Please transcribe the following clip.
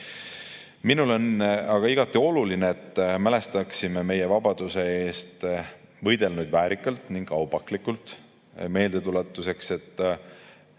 Minule on aga igati oluline, et me mälestaksime meie vabaduse eest võidelnuid väärikalt ja aupaklikult. Meeldetuletuseks: